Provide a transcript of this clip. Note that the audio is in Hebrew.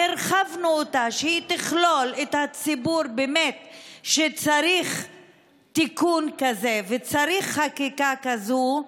והרחבנו אותה שתכלול את הציבור באמת שצריך תיקון כזה וצריך חקיקה כזאת,